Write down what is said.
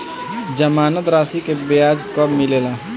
जमानद राशी के ब्याज कब मिले ला?